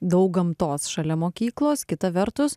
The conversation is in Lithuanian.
daug gamtos šalia mokyklos kita vertus